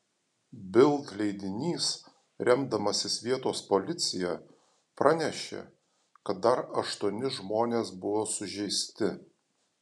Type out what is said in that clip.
bild leidinys remdamasis vietos policija pranešė kad dar aštuoni žmonės buvo sužeisti